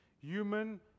human